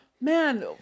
Man